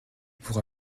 pourra